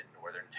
Northern